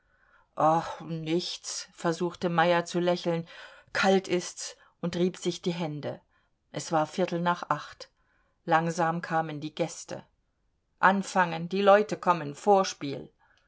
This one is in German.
nichts versuchte meyer zu lächeln kalt ist's und rieb sich die hände es war viertel nach acht langsam kamen die gäste anfangen die leute kommen vorspiel